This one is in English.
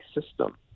system